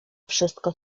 wszystko